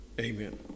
Amen